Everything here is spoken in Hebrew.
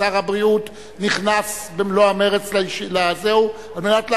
ושר הבריאות נכנס במלוא המרץ על מנת להשיב.